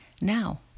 Now